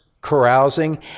carousing